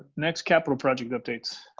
next capital project updates.